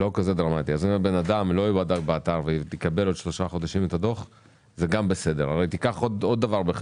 אם אדם לא יבדוק באתר ויקבל את הדוח בעוד שלושה חודשים,